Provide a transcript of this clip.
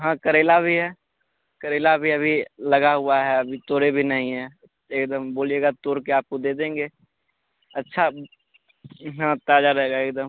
हाँ करेला भी है करेला अभी अभी लगा हुआ है अभी तोरई भी नहीं हैं एकदम बोलिएगा तोर के आपको दे देंगे अच्छा हाँ ताज़ा रहेगा एकदम